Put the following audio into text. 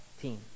team